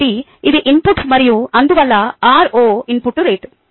కాబట్టి ఇది ఇన్పుట్ మరియు అందువల్ల r0 ఇన్పుట్ రేటు